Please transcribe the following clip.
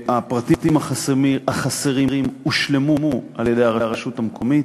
הפרטים החסרים הושלמו על-ידי הרשות המקומית.